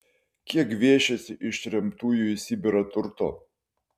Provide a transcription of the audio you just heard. kiek gviešėsi ištremtųjų į sibirą turto